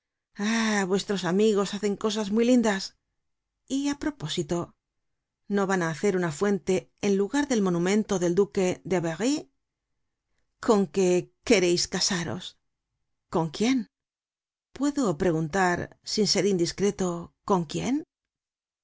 vuestros amigos hacen cosas muy lindas y á propósito no van á hacer una fuente en lugar del monumento del duque de berry con que quereis casaros con quién puedo preguntar sin ser indiscreto con quién y